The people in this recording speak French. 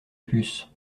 puce